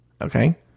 Okay